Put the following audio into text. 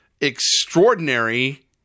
extraordinary